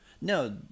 No